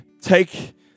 take